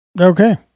Okay